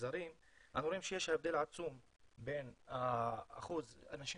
המגזרים אנחנו רואים שיש הבדל עצום בין אחוז האנשים